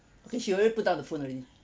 okay she already put down the phone already